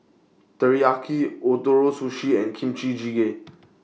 Teriyaki Ootoro Sushi and Kimchi Jjigae